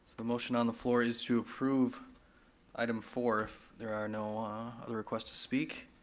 the motion on the floor is to approve item four, if there are no other requests to speak.